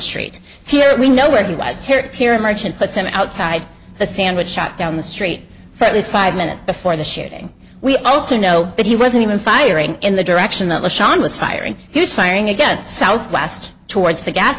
street here we know where he was tears here in march and puts him outside the sandwich shop down the street for at least five minutes before the shooting we also know that he wasn't even firing in the direction that le sean was firing he was firing again southwest towards the gas